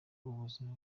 ubuzima